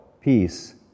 peace